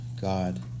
God